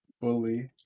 fully